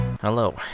Hello